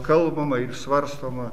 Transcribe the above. kalbama ir svarstoma